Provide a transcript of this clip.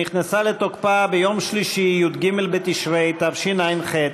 שנכנסה לתוקפה ביום שלישי י"ג בתשרי תשע"ח,